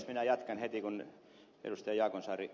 minä jatkan heti kun ed